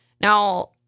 Now